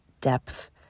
depth